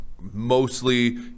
mostly